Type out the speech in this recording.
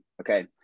Okay